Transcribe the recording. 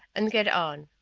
and get on.